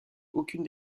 aucune